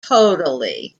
totally